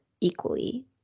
equally